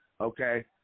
okay